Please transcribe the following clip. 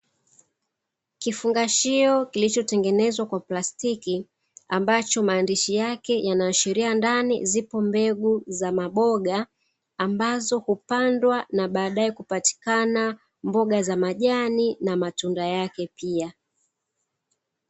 Kifungashio kilichotengenezwa kwa plastiki ambacho maandishi yake yanaashiria ndani zipo mbegu za maboga ambazo hupandwa na baadae kupatikana mboga za majani na matunda yake pia.